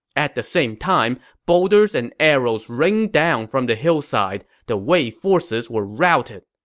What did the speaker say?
at the same time, boulders and arrows rained down from the hillside. the wei forces were routed.